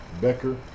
Becker